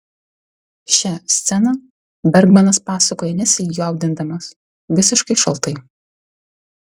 šią sceną bergmanas pasakoja nesijaudindamas visiškai šaltai